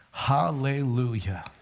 Hallelujah